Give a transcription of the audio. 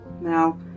Now